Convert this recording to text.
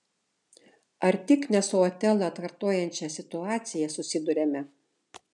ar tik ne su otelą atkartojančia situacija susiduriame